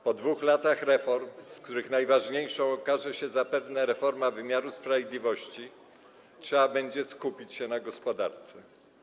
Po 2 latach reform, z których najważniejszą okaże się zapewne reforma wymiaru sprawiedliwości, trzeba będzie skupić się na gospodarce.